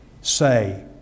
say